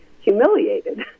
humiliated